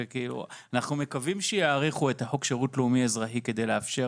ואנחנו מקווים שיאריכו את חוק שירות לאומי-אזרחי כדי לאפשר